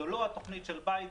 זו לא התוכנית של ביידן,